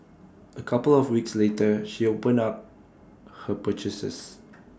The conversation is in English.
A couple of weeks later she opened up her purchases